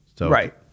right